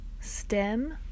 stem